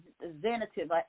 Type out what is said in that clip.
representative